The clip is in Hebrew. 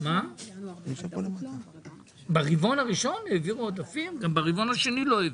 גם ברבעון השני לא העבירו.